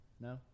no